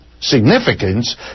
significance